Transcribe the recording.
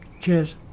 Cheers